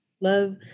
love